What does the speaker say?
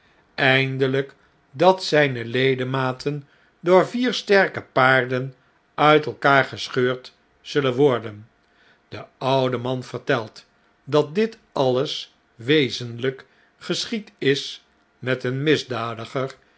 eindeljjk dat zijne ledematen door vier sterke paarden uit elkaar gescheurd zullen worden de oude man vertelt dat dit alles wezenlijk geschied is met een misdadiger